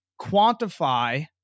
quantify